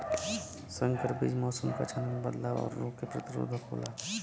संकर बीज मौसम क अचानक बदलाव और रोग के प्रतिरोधक होला